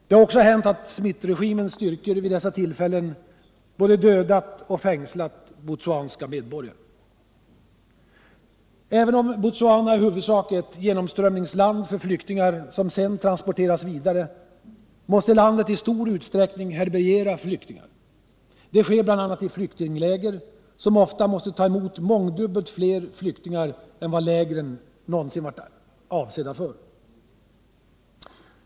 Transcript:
Det har också hänt att Smithregimens styrkor vid dessa tillfällen dödat och fängslat botswanska medborgare. Även om Botswana i huvudsak är ett genomströmningsland för flyktingar som sedan transporteras vidare måste landet i stor utsträckning härbärgera flyktingar. Det sker bl.a. i flyktingläger som ofta måste ta emot mångdubbelt fler flyktingar än vad lägren är avsedda för.